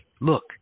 look